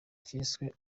cyiswe